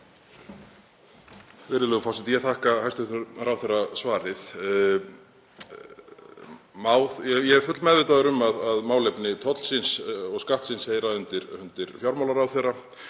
Virðulegur forseti. Ég þakka hæstv. ráðherra svarið. Ég er fullmeðvitaður um að málefni tollsins og skattsins heyra undir fjármálaráðherra